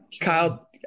Kyle